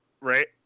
right